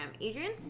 Adrian